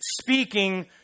speaking